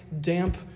damp